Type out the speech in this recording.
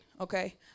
okay